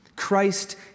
Christ